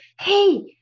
hey